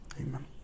amen